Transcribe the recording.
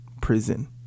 prison